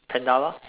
panda lor